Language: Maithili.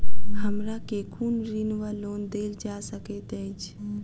हमरा केँ कुन ऋण वा लोन देल जा सकैत अछि?